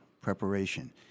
preparation